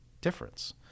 difference